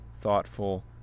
thoughtful